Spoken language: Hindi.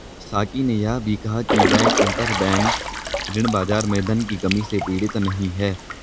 साकी ने यह भी कहा कि बैंक अंतरबैंक ऋण बाजार में धन की कमी से पीड़ित नहीं हैं